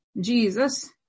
Jesus